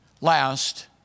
Last